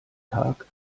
tag